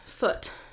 Foot